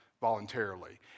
voluntarily